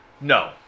No